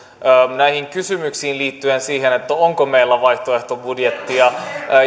näihin kysymyksiin liittyen siihen onko meillä vaihtoehtobudjettia